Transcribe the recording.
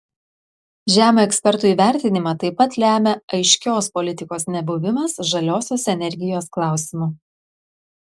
žemą ekspertų įvertinimą taip pat lemią aiškios politikos nebuvimas žaliosios energijos klausimu